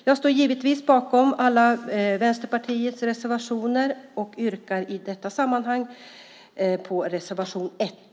Jag står givetvis bakom alla Vänsterpartiets reservationer och yrkar i detta sammanhang bifall till reservation 1.